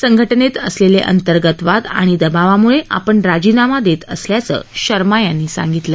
संघटनेत असलेले अंतर्गत वाद आणि दबावामुळे आपण राजीनाम देत असल्याचं शर्मा यांनी सांगितलं